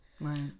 Right